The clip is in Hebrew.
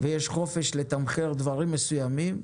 כשיש חופש לתמחר דברים מסוימים,